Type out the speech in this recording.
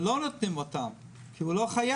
ולא נותנים אותן, כי הוא לא חייב.